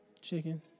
Chicken